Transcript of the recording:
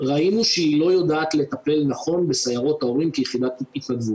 ראינו שהיא לא יודעת לטפל נכון בסיירות ההורים כיחידת ---,